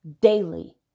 daily